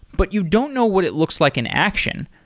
but you don't know what it looks like in action,